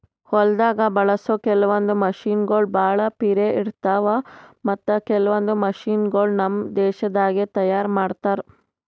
ಹೊಲ್ದಾಗ ಬಳಸೋ ಕೆಲವೊಂದ್ ಮಷಿನಗೋಳ್ ಭಾಳ್ ಪಿರೆ ಇರ್ತಾವ ಮತ್ತ್ ಕೆಲವೊಂದ್ ಮಷಿನಗೋಳ್ ನಮ್ ದೇಶದಾಗೆ ತಯಾರ್ ಮಾಡ್ತಾರಾ